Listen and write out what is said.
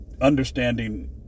understanding